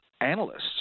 analysts